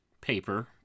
paper